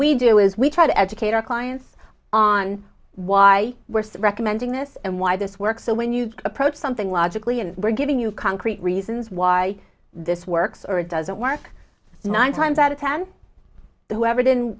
we do is we try to educate our clients on why we're recommending this and why this works so when you approach something logically and we're giving you concrete reasons why this works or it doesn't work nine times out of ten whoever didn't